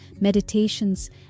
meditations